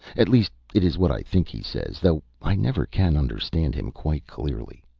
at least it is what i think he says, though i never can understand him quite clearly.